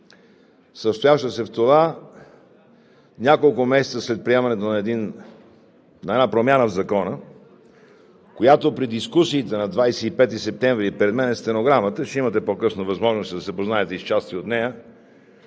състояща се в това – няколко месеца след приемането на една промяна в Закона, която при дискусиите на 25 септември, пред мен е стенограмата, ще имате по-късно възможност да се запознаете с части от нея,